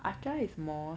oh